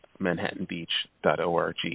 manhattanbeach.org